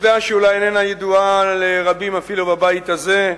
עובדה שאולי איננה ידועה לרבים אפילו בבית הזה: